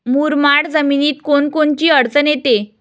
मुरमाड जमीनीत कोनकोनची अडचन येते?